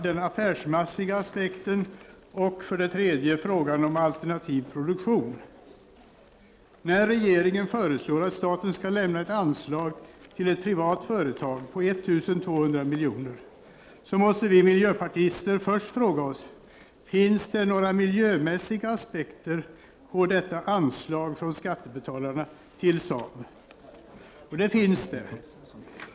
Den affärsmässiga aspekten 3. Frågan om alternativ produktion När regeringen föreslår att staten skall lämna ett anslag på 1200 milj.kr. till ett privat företag, måste vi miljöpartister fråga oss: Finns det några miljömässiga aspekter på detta anslag från skattebetalarna till Saab? Och det finns det.